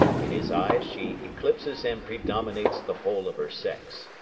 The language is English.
in his eyes she eclipses and predominates the whole of her sex.